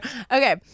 Okay